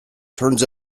turns